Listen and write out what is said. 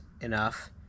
enough